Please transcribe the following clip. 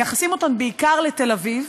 מייחסים אותן בעיקר לתל-אביב,